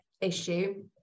issue